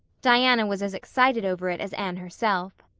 diana was as excited over it as anne herself.